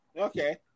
Okay